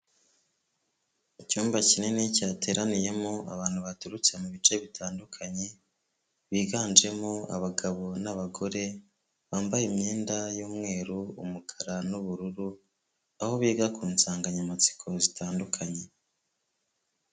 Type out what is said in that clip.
Icyumba kinini cyateraniyemo abantu baturutse mu bice bitandukanye, biganjemo abagabo n'abagore bambaye imyenda y'umweru, umukara n'ubururu, aho biga ku nsanganyamatsiko zitandukanye.